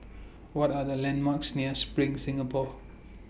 What Are The landmarks near SPRING Singapore